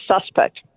suspect